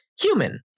human